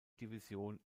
division